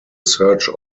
search